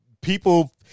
people